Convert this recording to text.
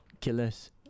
killers